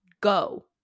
go